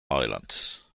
islands